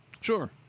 Sure